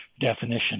definition